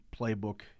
playbook